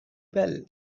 well